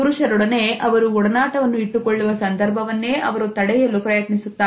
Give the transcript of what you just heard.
ಪುರುಷರೊಡನೆ ಅವರು ಒಡನಾಟವನ್ನು ಇಟ್ಟುಕೊಳ್ಳುವ ಸಂದರ್ಭವನ್ನೇ ಅವರು ತಡೆಯಲು ಪ್ರಯತ್ನಿಸುತ್ತಾರೆ